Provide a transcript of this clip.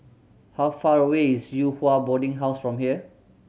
how far away is Yew Hua Boarding House from here